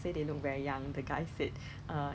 我看他喷蚊子要被抢掉了 lah